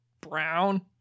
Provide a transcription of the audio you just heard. Brown